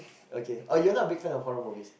okay oh you're not a big fan of horror movies